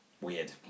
Weird